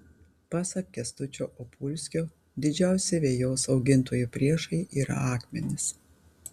pasak kęstučio opulskio didžiausi vejos augintojų priešai yra akmenys